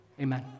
Amen